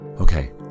Okay